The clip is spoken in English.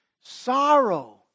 Sorrow